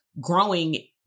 growing